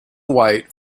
white